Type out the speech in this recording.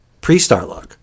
pre-starlog